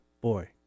boy